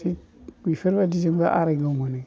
थिख बेफोरबायदिजोंबो आरायग' मोनो